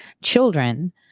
children